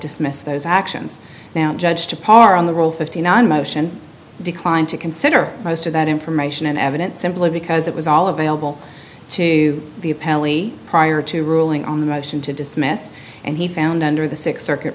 to miss those actions now judge to par on the role fifty nine motion declined to consider most of that information and evidence simply because it was all available to the appellee prior to ruling on the motion to dismiss and he found under the six circuit